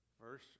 Verse